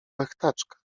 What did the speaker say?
łechtaczka